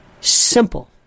Simple